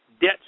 debt